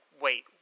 Wait